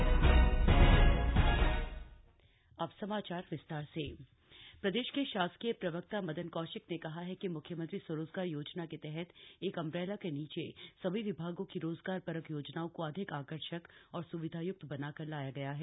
CM स्वरोजगार योजना प्रदेश के शासकीय प्रवक्ता मदन कौशिक ने कहा है कि मुख्यमंत्री स्वरोजगार योजना के तहत एक अम्ब्रेला के नीचे सभी विभागों की रोजगारपरक योजनाओं को अधिक आकर्षक और स्विधायक्त बनाकर लाया गया है